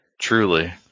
Truly